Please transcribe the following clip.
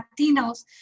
Latinos